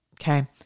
Okay